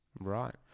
Right